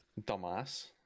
Dumbass